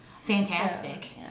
Fantastic